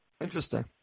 Interesting